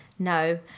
No